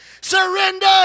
Surrender